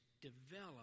develop